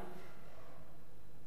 נערכה הצבעה במליאה.